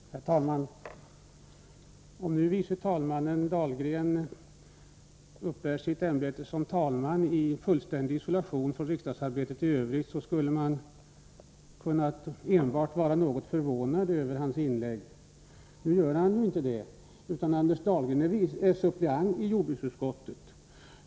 Herr talman! Om det vore så att andre vice talman Anders Dahlgren uppbar sitt ämbete som talman i fullständig isolation från riksdagsarbetet i övrigt, skulle man enbart ha varit något förvånad över hans inlägg. Nu gör han inte det. Anders Dahlgren är suppleant i jordbruksutskottet.